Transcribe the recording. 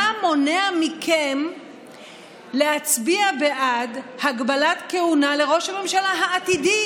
מה מונע מכם להצביע בעד הגבלת כהונה לראש הממשלה העתידי?